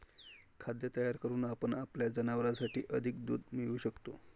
खाद्य तयार करून आपण आपल्या जनावरांसाठी अधिक दूध मिळवू शकतो